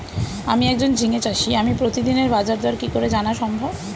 আমি একজন ঝিঙে চাষী আমি প্রতিদিনের বাজারদর কি করে জানা সম্ভব?